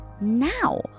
now